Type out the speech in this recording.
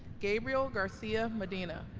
gabriel garcia medina